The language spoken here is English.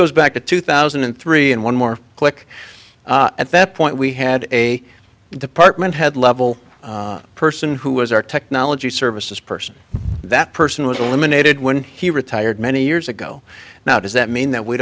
goes back to two thousand and three and one more quick at that point we had a department head level person who was our technology services person that person was eliminated when he retired many years ago now does that mean that we